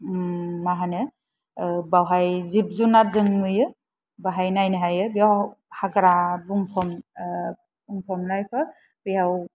मा होनो बावहाय जिब जुनाद जों नुयो बाहाय नायनो हायो बाव हाग्रा बुंफब बुंफबनायफोर बेयाव